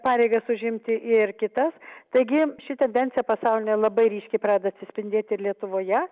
pareigas užimti ir kitas taigi ši tendencija pasaulinė labai ryškiai pradeda atsispindėti ir lietuvoje